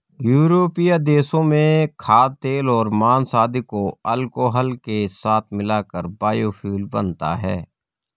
यूरोपीय देशों में खाद्यतेल और माँस आदि को अल्कोहल के साथ मिलाकर बायोफ्यूल बनता है